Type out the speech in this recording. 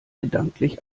gedanklich